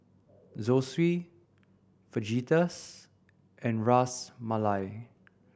Zosui Fajitas and Ras Malai